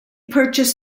purchased